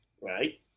right